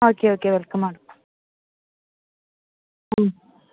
okay okay welcome ma'am ഉം